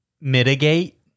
mitigate